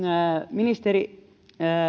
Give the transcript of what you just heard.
ministeri